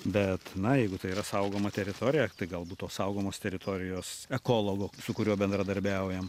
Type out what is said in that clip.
bet na jeigu tai yra saugoma teritorija tai galbūt tos saugomos teritorijos ekologo su kuriuo bendradarbiaujam